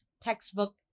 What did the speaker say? textbook